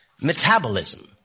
metabolism